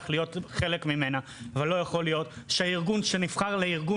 להיות חלק ממנה אבל לא יכול להיות שארגון שנבחר להיות ארגון